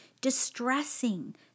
distressing